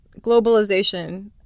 globalization